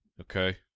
Okay